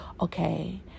okay